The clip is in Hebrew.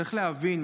צריך להבין,